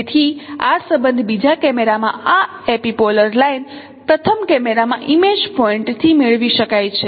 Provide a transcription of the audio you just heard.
તેથી આ સંબંધ બીજા કેમેરામાં આ એપિપોલર લાઇન પ્રથમ કેમેરામાં ઇમેજ પોઇન્ટ થી મેળવી શકાય છે